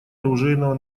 оружейного